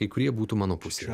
kai kurie būtų mano pusėje